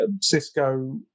Cisco